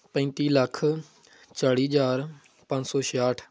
ਪੈਂਤੀ ਲੱਖ ਚਾਲੀ ਹਜ਼ਾਰ ਪੰਜ ਸੌ ਛਿਆਹਠ